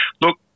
Look